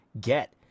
get